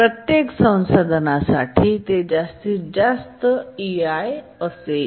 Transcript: प्रत्येक संसाधनासाठी ते जास्तीत जास्त असेल